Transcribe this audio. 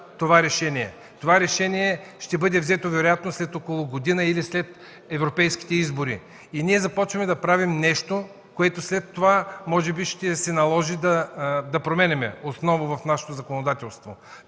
това решение. То ще бъде взето вероятно след около година или след европейските избори. Ние започваме да правим нещо, което след това може би ще се наложи да променяме отново в нашето законодателство.